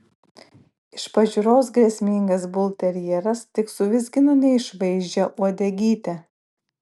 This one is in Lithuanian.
iš pažiūros grėsmingas bulterjeras tik suvizgino neišvaizdžią uodegytę